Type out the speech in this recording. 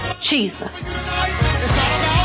Jesus